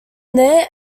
there